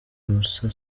moussa